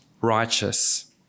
righteous